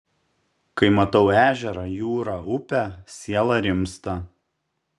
kai matau ežerą jūrą upę siela rimsta